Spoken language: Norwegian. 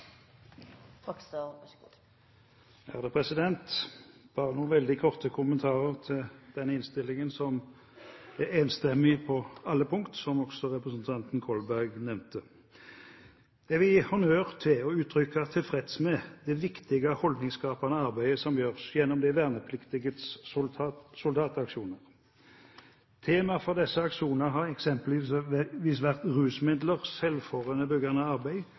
enstemmig på alle punkt, som også representanten Kolberg nevnte. Jeg vil gi honnør til og uttrykke tilfredshet med det viktige holdningsskapende arbeidet som gjøres gjennom de vernepliktiges soldataksjoner. Tema for disse aksjonene har eksempelvis vært rusmidler, selvmordsforebyggende arbeid,